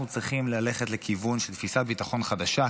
אנחנו צריכים ללכת לכיוון של תפיסת ביטחון חדשה,